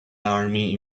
army